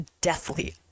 deathly